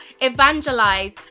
evangelize